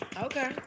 Okay